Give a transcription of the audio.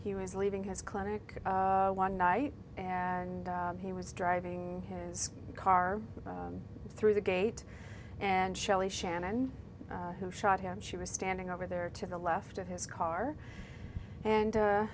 he was leaving his clinic one night and he was driving his car through the gate and shelley shannon who shot him she was standing over there to the left of his car and